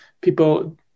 people